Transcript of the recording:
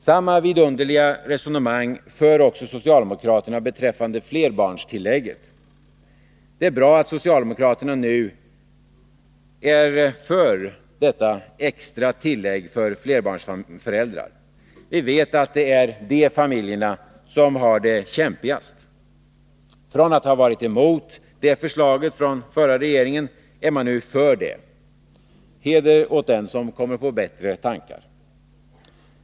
Samma vidunderliga resonemang för socialdemokraterna också beträffande flerbarnstillägget. Det är bra att socialdemokraterna nu är för detta extra tillägg för flerbarnsföräldrar. Vi vet att det är de familjerna som har det kämpigast. Från att ha varit emot det förslaget från förra regeringen är man nu för det. Heder åt den som kommer på bättre tankar!